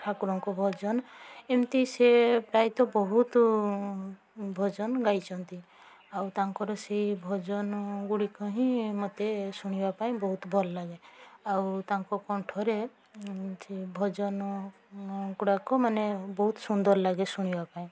ଠାକୁରଙ୍କ ଭଜନ ଏମତି ସିଏ ପ୍ରାୟ ତ ବହୁତ ଭଜନ ଗାଇଛନ୍ତି ଆଉ ତାଙ୍କର ସେହି ଭଜନଗୁଡ଼ିକ ହିଁ ମୋତେ ଶୁଣିବା ପାଇଁ ବହୁତ ଭଲଲାଗେ ଆଉ ତାଙ୍କ କଣ୍ଠରେ ଭଜନଗୁଡ଼ାକୁ ମାନେ ବହୁତ ସୁନ୍ଦର ଲାଗେ ଶୁଣିବାକୁ